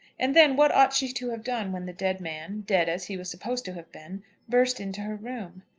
and then, what ought she to have done when the dead man dead as he was supposed to have been burst into her room?